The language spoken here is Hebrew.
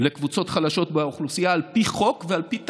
לקבוצות חלשות באוכלוסייה על פי חוק ועל פי תקנות.